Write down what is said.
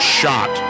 shot